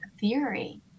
Theory